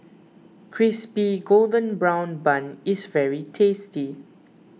Crispy Golden Brown Bun is very tasty